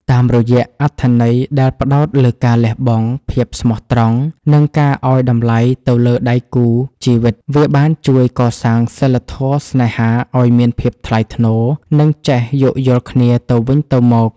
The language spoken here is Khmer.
តាមរយៈអត្ថន័យដែលផ្ដោតលើការលះបង់ ភាពស្មោះត្រង់ និងការឱ្យតម្លៃទៅលើដៃគូជីវិត វាបានជួយកសាងសីលធម៌ស្នេហាឱ្យមានភាពថ្លៃថ្នូរ និងចេះយោគយល់គ្នាទៅវិញទៅមក។